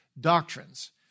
doctrines